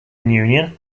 union